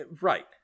Right